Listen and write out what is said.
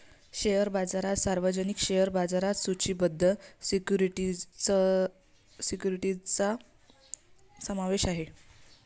share बाजारात सार्वजनिक share बाजारात सूचीबद्ध सिक्युरिटीजचा समावेश आहे